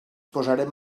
posarem